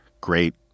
great